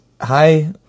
hi